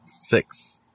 Six